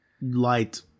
light